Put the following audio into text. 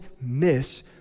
miss